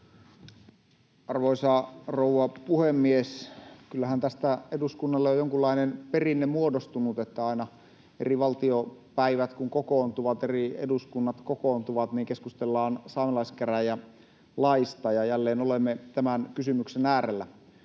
Arvoisa rouva puhemies! Kyllähän tästä eduskunnalle on muodostunut jonkunlainen perinne, että aina kun eri valtiopäivät kokoontuvat, eri eduskunnat kokoontuvat, niin keskustellaan saamelaiskäräjälaista, ja jälleen olemme tämän kysymyksen äärellä.